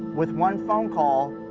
with one phone call,